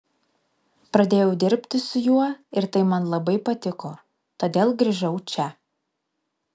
pradėjau dirbi su juo ir tai man labai patiko todėl grįžau čia